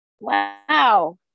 Wow